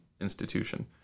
institution